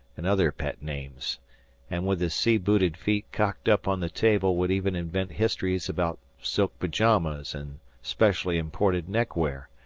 and other pet names and with his sea-booted feet cocked up on the table would even invent histories about silk pajamas and specially imported neckwear,